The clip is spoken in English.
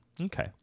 Okay